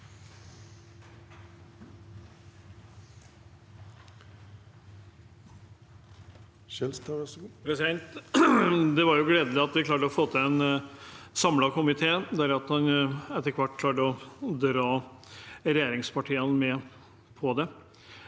Det var jo glede- lig at vi klarte å få til en samlet komité, der man etter hvert klarte å dra regjeringspartiene med på det.